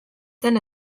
zen